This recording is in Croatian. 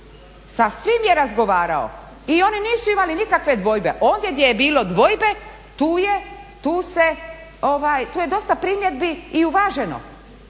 sa svima je razgovarao i oni nisu imali nikakve dvojbe. Ondje gdje je bilo dvojbe tu je dosta primjedbi i uvaženo.